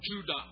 Judah